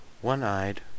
one-eyed